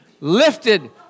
lifted